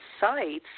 sites